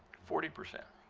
forty percent.